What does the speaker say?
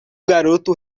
garoto